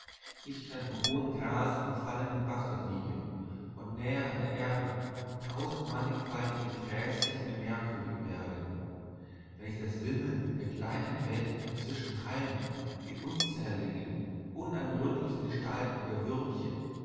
ich dann im hohen grase am fallenden bache liege und näher an der erde tausend mannigfaltige gräschen mir merkwürdig werden wenn ich das wimmeln der kleinen welt zwischen halmen die unzähligen unergründlichen gestalten der würmchen